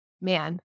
man